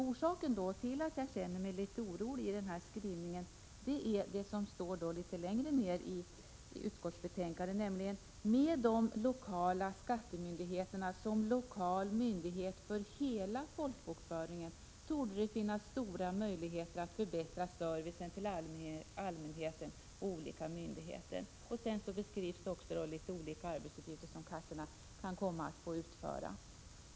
Orsaken till att jag känner mig litet orolig är det som skrivs i utskottsbetänkandet: ”Med de lokala skattemyndigheterna som lokal myndighet för hela folkbokföringen torde det finnas stora möjligheter att förbättra servicen till allmänheten och olika myndigheter ———.” Sedan beskrivs olika arbetsuppgifter som kassorna kan komma att få utföra.